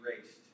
erased